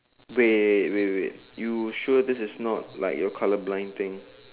wait wait wait you sure this is not like your colour blind kind thing